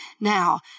Now